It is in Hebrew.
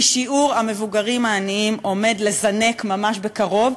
כי שיעור המבוגרים העניים עומד לזנק ממש בקרוב,